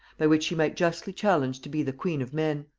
by which she might justly challenge to be the queen of men!